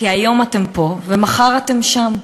כי היום אתם פה ומחר אתם שם.